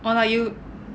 or like you